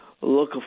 look